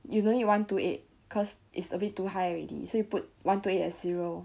you don't need to one two eight cause is a bit too high already so you put one two eight as zero